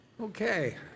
Okay